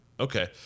Okay